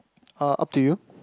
uh up to you